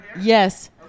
yes